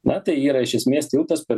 na tai yra iš esmės tiltas per